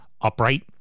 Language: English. upright